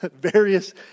Various